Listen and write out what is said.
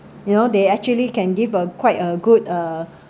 you know they actually can a give a quite a good uh